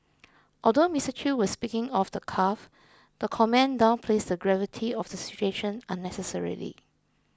although Mister Chew was speaking off the cuff the comment downplays the gravity of the situation unnecessarily